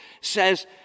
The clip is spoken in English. says